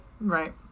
Right